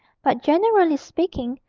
but generally speaking,